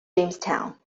jamestown